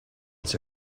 its